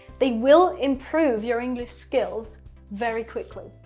they will improve your english skills very quickly.